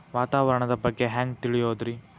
ವಾತಾವರಣದ ಬಗ್ಗೆ ಹ್ಯಾಂಗ್ ತಿಳಿಯೋದ್ರಿ?